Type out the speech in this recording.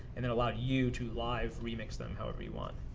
and then allowed you to live remix them however you want.